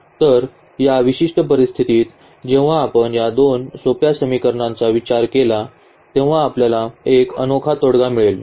तर या विशिष्ट परिस्थितीत जेव्हा आपण या दोन सोप्या समीकरणांचा विचार केला आहे तेव्हा आपल्याला एक अनोखा तोडगा मिळेल